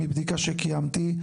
מבדיקה שקיימתי,